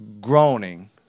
groaning